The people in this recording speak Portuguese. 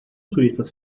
turistas